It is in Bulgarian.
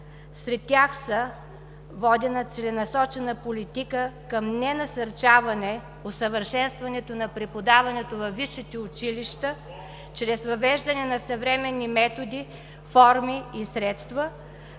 Сред тях са: водена целенасочена политика към ненасърчаване, усъвършенстването на преподаването във висшите училища, чрез въвеждане на съвременни методи, форми и средства,